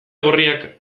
gorriak